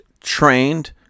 trained